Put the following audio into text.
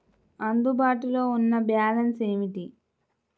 అందుబాటులో ఉన్న బ్యాలన్స్ ఏమిటీ?